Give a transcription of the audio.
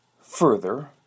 Further